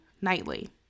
nightly